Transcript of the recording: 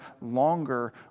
longer